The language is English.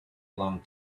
long